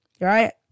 right